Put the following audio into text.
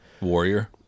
Warrior